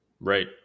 right